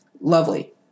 lovely